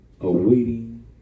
awaiting